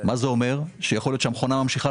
אף אחד לא אומר לנו: "מחר ייהרס לכם היום,